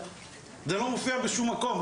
זה לא מופיע בשום מקום.